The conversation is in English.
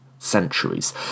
centuries